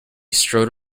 strolled